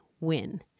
win